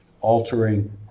altering